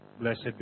Blessed